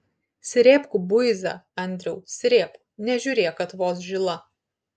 srėbk buizą andriau srėbk nežiūrėk kad vos žila